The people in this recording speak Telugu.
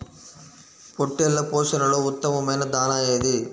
పొట్టెళ్ల పోషణలో ఉత్తమమైన దాణా ఏది?